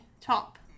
Top